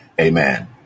amen